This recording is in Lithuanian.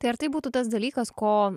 tai ar tai būtų tas dalykas ko